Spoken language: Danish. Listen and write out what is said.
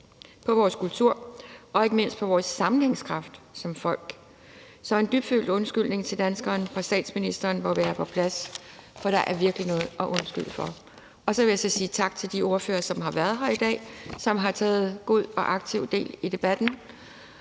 i vores kultur og ikke mindst i vores sammenhængskraft som folk. Så en dybfølt undskyldning til danskerne fra statsministeren må være på sin plads, for der er virkelig noget at undskylde for. Så vil jeg sige tak til de ordførere, som har været her i dag, og som har taget aktivt del i debatten.